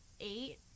eight